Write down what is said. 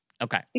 okay